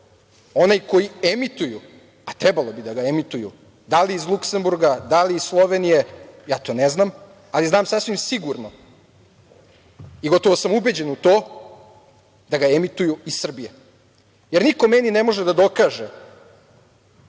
onaj koji emituju, a trebalo bi da ga emituju, da li iz Luksemburga, da li iz Slovenije, ja to ne znam, ali znam sasvim sigurno, i gotovo sam ubeđen u to da ga emituju iz Srbije. Niko meni ne može da dokaže